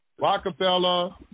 Rockefeller